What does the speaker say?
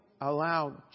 allow